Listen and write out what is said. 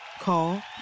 Call